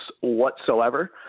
whatsoever